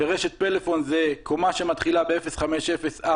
ברשת פלאפון זאת קומה שמתחילה ב-05041,